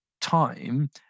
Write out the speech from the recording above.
time